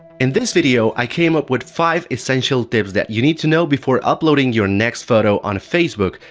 in this video i came up with five essential tips that you need to know before uploading your next photo on facebook,